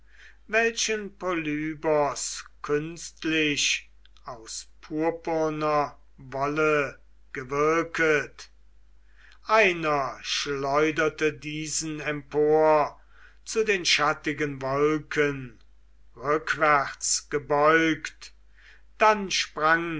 welchen polybos künstlich aus purpurner wolle gewirket einer schleuderte diesen empor zu den schattigen wolken rückwärts gebeugt dann sprang